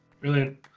Brilliant